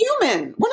human